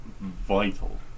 vital